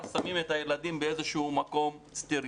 שמים את הילדים באיזשהו מקום סטרילי.